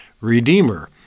Redeemer